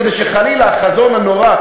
כדי שחלילה החזון הנורא,